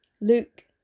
Luke